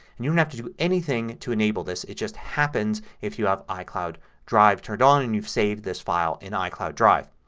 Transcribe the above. and you don't and have to do anything to enable this. it just happens if you have icloud drive turned on and you saved this file in icloud drive.